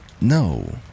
no